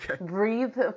breathe